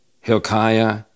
Hilkiah